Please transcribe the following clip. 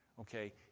okay